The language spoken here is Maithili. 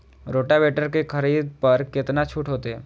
रोटावेटर के खरीद पर केतना छूट होते?